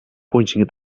pointing